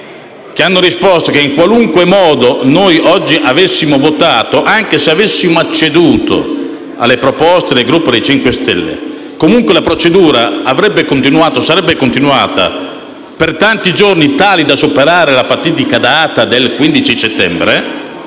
hanno risposto che, in qualunque modo noi oggi avessimo votato, anche se avessimo acceduto alle proposte del Gruppo del Movimento 5 Stelle, la procedura sarebbe comunque continuata per un numero di giorni tale da superare la fatidica data del 15 settembre.